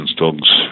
dogs